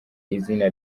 izina